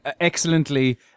excellently